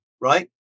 right